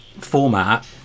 format